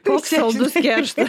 koks saldus kerštas